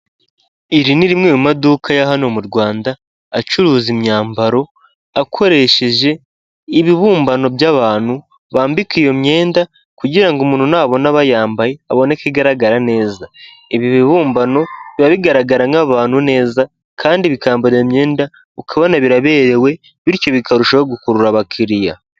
Iri ni rimwe mu maduka ya hano mu Rwanda acuruza imyambaro akoresheje ibibumbano by'abantu bambika iyo myenda kugira ngo umuntu nabona bayambaye abone ko igaragara neza, ibi bibumbano biba bigaragara nk'abantu neza kandi bikambara iyo myenda ukabona biraberewe bityo bikarushaho gukurura abakiriya.